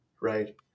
right